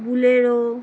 bolero